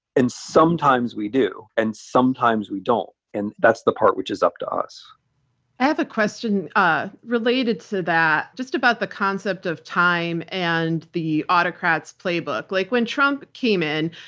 and sometimes we do, and sometimes we don't. and that's the part which is up to us. i have a question related to that, just about the concept of time and the autocrats playbook, like when trump came in,